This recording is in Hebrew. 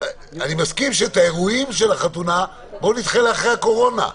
אני מסכים שאת אירועי החתונה נדחה לאחר הקורונה,